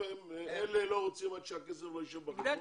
ואלה לא רוצים עד שהכסף לא יישב בחשבון,